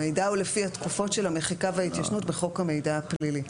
המידע הוא לפי התקופות של המחיקה וההתיישנות בחוק המידע הפלילי,